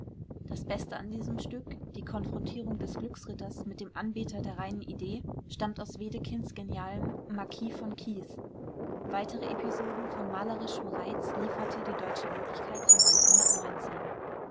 das beste an diesem stück die konfrontierung des glückritters mit dem anbeter der reinen idee stammt aus wedekinds genialem marquis von keith weitere episoden von malerischem reiz lieferte die deutsche wirklichkeit von